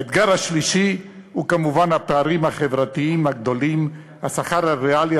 האתגר השלישי הוא כמובן הפערים החברתיים הגדולים: השכר הריאלי,